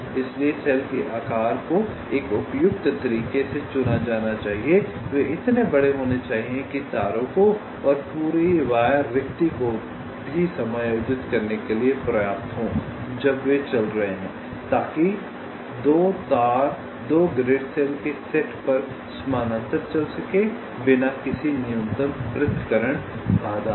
इसलिए सेल के आकार को एक उपयुक्त तरीके से चुना जाना चाहिए वे इतने बड़े होने चाहिए कि तारों को और पूरे वायर रिक्ति को भी समायोजित करने के लिए पर्याप्त हों जब वे चल रहे हैं ताकि 2 तार 2 ग्रिड सेल के सेट पर समानांतर पर चल सकें बिना किसी न्यूनतम पृथक्करण बाधा के